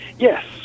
Yes